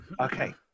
Okay